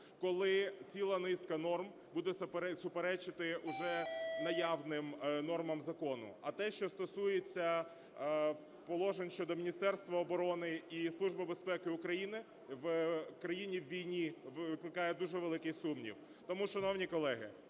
коли ціла низка норм буде суперечити вже наявним нормам закону. А те, що стосується положень щодо Міністерства оборони і Служби безпеки Україні, в країні у війні викликає дуже великий сумнів. Тому, шановні колеги,